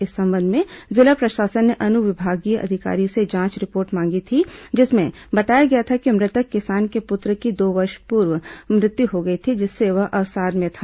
इस संबंध में जिला प्रशासन ने अनुविभागीय अधिकारी से जांच रिपोर्ट मांगी थी जिसमें बताया गया है कि मृतक किसान के पुत्र की दो वर्ष पहले मृत्यु हो गई थी जिससे वह अवसाद में था